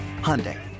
Hyundai